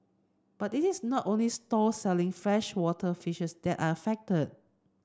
but it is not only stalls selling freshwater fishes that are affected